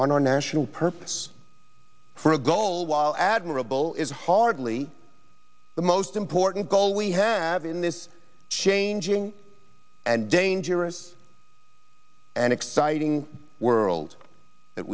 our national purpose for a goal while admirable is hardly the most important goal we have in this changing and dangerous an exciting world that